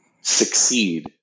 succeed